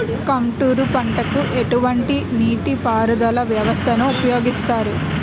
Contour పంటకు ఎటువంటి నీటిపారుదల వ్యవస్థను ఉపయోగిస్తారు?